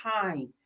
time